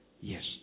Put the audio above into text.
Yes